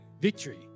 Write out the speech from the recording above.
Victory